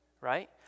right